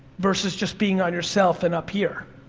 versus just being on yourself and up here.